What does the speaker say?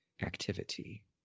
activity